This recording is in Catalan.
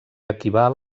equival